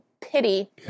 pity